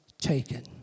taken